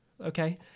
okay